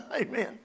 Amen